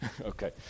Okay